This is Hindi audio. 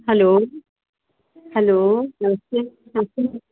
हलो हलो नमस्ते नमस्ते